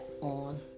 on